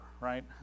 right